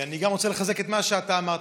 אני גם רוצה לחזק את מה שאתה אמרת,